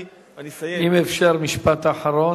אם אפשר, משפט אחרון.